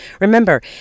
Remember